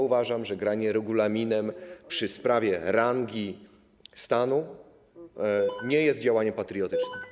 Uważam, że granie regulaminem przy sprawie rangi stanu nie jest działaniem patriotycznym.